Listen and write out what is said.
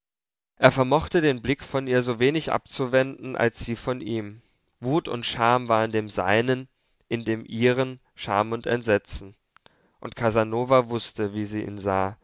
er vermochte den blick von ihr so wenig abzuwenden als sie von ihm wut und scham war in dem seinen in dem ihren scham und entsetzen und casanova wußte wie sie ihn sah